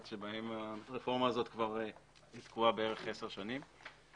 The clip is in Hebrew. בהן הרפורמה הזאת תקועה בערך עשר שנים.